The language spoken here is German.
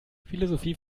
philosophie